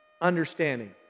understanding